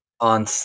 on